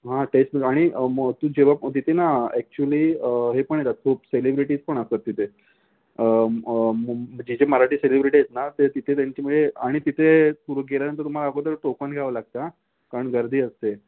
टेस्टमध्ये आणि मग तू जेव्हा तिथे ना ॲक्चुअली हे पण येतात खूप सेलिब्रिटीज पण असतात तिथे मुंब जे जे मराठी सेलिब्रिटी आहेत ना ते तिथे त्यांची म्हणजे आणि तिथे तू गेल्यानंतर तुम्हाला अगोदर टोकन घ्यावं लागतं हां कारण गर्दी असते